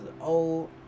old